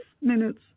minutes